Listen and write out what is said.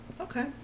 Okay